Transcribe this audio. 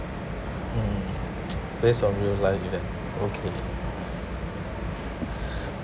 mm based on real life event okay